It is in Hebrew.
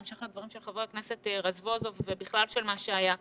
בהמשך לדברי חבר הכנסת רזבוזוב ובכלל של מה שהיה כאן: